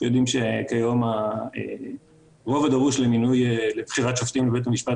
היום הרוב הדרוש לבחירות שופטים לבית המשפט